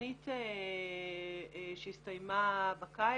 בתכנית שהסתיימה בקיץ,